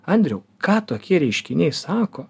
andriau ką tokie reiškiniai sako